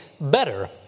better